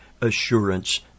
assurance